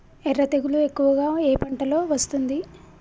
ఎర్ర తెగులు ఎక్కువగా ఏ పంటలో వస్తుంది?